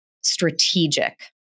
strategic